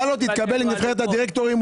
אתה לא תתקבל לנבחרת הדירקטורים,